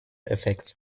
affects